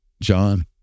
John